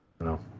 No